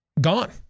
Gone